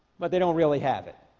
but they don't really have it